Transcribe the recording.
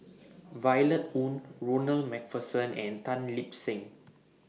Violet Oon Ronald MacPherson and Tan Lip Seng